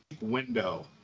window